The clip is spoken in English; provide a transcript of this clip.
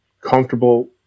comfortable